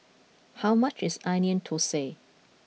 how much is Onion Thosai